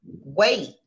wait